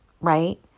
Right